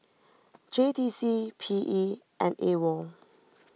J T C P E and Awol